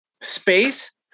space